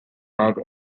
bag